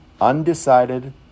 undecided